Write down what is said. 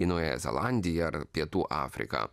į naująją zelandiją ar pietų afriką